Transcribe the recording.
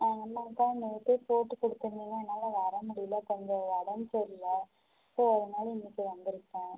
ஆ இல்லைங்கக்கா நேற்றே போட்டு கொடுத்துருந்தீங்க என்னால் வர முடியல கொஞ்சம் உடம்பு சரில்ல ஸோ அதனால் இன்றைக்கு வந்துருக்கேன்